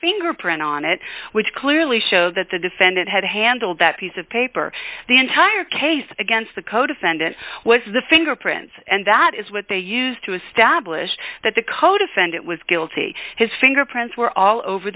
fingerprint on it which clearly show that the defendant had handled that piece of paper the entire case against the codefendant was the fingerprints and that is what they used to establish that the codefendant was guilty his fingerprints were all over